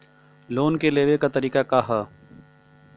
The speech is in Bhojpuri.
लोन के लेवे क तरीका का ह?